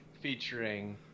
featuring